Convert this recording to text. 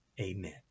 amen